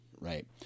Right